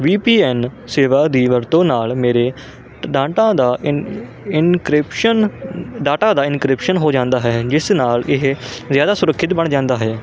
ਵੀ P N ਸੇਵਾ ਦੀ ਵਰਤੋ ਨਾਲ ਮੇਰੇ ਡਾਂਟਾਂ ਦਾ ਇਨ ਇਨਕ੍ਰਿਪਸ਼ਨ ਡਾਟਾ ਦਾ ਇਨਕ੍ਰਿਪਸ਼ਨ ਹੋ ਜਾਂਦਾ ਹੈ ਜਿਸ ਨਾਲ ਇਹ ਜ਼ਿਆਦਾ ਸੁਰੱਖਿਅਤ ਬਣ ਜਾਂਦਾ ਹੈ